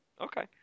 Okay